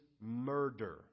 murder